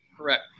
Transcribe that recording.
Correct